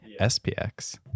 SPX